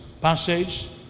passage